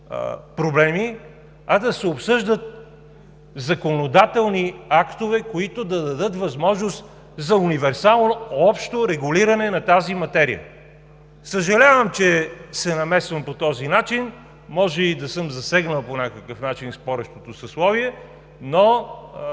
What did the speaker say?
проблеми, а да се обсъждат законодателни актове, които да дадат възможност за универсално общо регулиране на тази материя. Съжалявам, че се намесвам по този начин, може и да съм засегнал по някакъв начин спорещото съсловие, но,